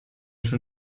schon